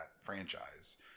franchise